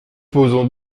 posons